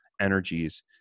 energies